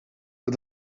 het